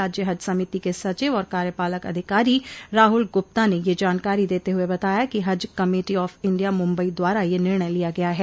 राज्य हज समिति के सचिव और कार्यपालक अधिकारी राहुल गुप्ता ने यह जानकारी देते हुए बताया कि Haj committee of India Mumbai द्वारा निर्णय लिया गया है